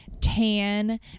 tan